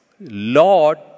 Lord